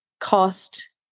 cost